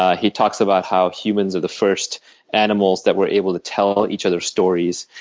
ah he talks about how humans are the first animals that were able to tell each other stories.